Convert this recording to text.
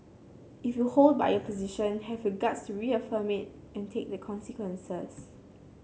if you hold by your position have your guts to reaffirm it and take the consequences